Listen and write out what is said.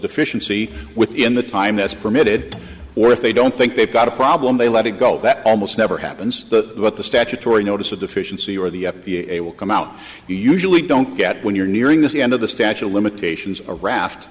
deficiency within the time that's permitted or if they don't think they've got a problem they let it go that almost never happens that what the statutory notice of deficiency or the f d a will come out you usually don't get when you're nearing the end of the statue of limitations a raft